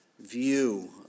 view